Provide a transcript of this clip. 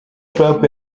trump